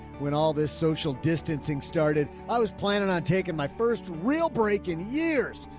when all this social distancing started, i was planning on taking my first real break in years.